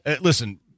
Listen